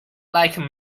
like